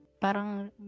parang